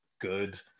good